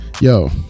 Yo